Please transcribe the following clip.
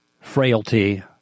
frailty